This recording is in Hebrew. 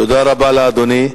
תודה רבה לאדוני.